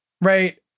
Right